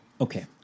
Okay